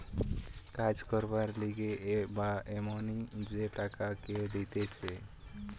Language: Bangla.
কাজ করবার লিগে বা এমনি যে টাকা কেউ দিতেছে